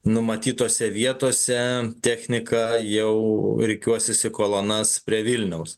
numatytose vietose technika jau rikiuosis į kolonas prie vilniaus